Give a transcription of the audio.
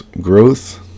growth